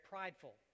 prideful